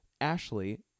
Ashley